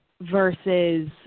versus